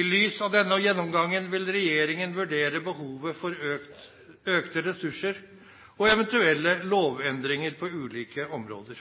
I lys av denne gjennomgangen vil regjeringen vurdere behovet for økte ressurser og eventuelle lovendringer på ulike områder.